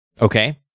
Okay